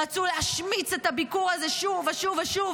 רצו להשמיץ על הביקור הזה שוב ושוב ושוב,